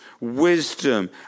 wisdom